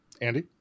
Andy